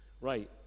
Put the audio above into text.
right